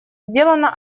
сделано